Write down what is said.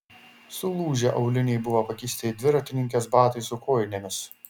sulūžę auliniai buvo pakeisti dviratininkės batais su kojinėmis